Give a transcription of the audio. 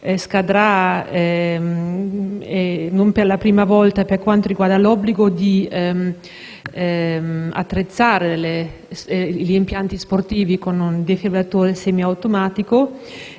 e non per la prima volta - per quanto riguarda l'obbligo di attrezzare gli impianti sportivi con defibrillatori semiautomatici,